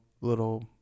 little